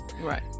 right